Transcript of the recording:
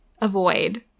avoid